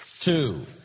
Two